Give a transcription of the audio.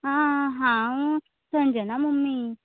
आं हांव संजना मम्मी